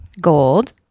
gold